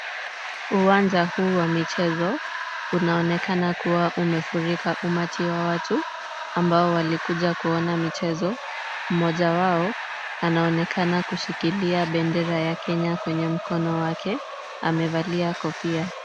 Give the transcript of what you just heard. Uwanja huu wa michezo unaonekana kuwa umefurika umati wa watu ambao walikuja kuona michezo. Mmoja wao anaonekana kushikilia bendera ya Kenya kwenye mkono wake. Amevalia kofia.